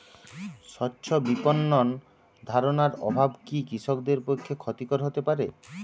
স্বচ্ছ বিপণন ধারণার অভাব কি কৃষকদের পক্ষে ক্ষতিকর হতে পারে?